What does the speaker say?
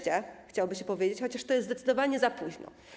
Chciałoby się powiedzieć: wreszcie, chociaż to jest zdecydowanie za późno.